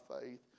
faith